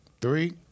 three